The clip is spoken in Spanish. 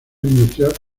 industrial